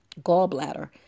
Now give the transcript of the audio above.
gallbladder